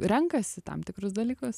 renkasi tam tikrus dalykus